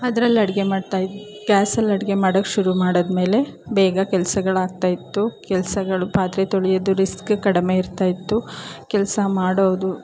ಅದ್ರಲ್ಲಿ ಅಡುಗೆ ಮಾಡ್ತಾ ಗ್ಯಾಸಲ್ಲಿ ಅಡುಗೆ ಮಾಡೋಕೆ ಶುರು ಮಾಡಿದ್ಮೇಲೆ ಬೇಗ ಕೆಲಸಗಳಾಗ್ತಾಯಿತ್ತು ಕೆಲಸಗಳು ಪಾತ್ರೆ ತೊಳೆಯೋದು ರಿಸ್ಕ್ ಕಡಿಮೆ ಇರ್ತಾಯಿತ್ತು ಕೆಲಸ ಮಾಡೋದು